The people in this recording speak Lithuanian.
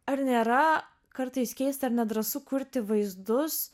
ar nėra kartais keista ir nedrąsu kurti vaizdus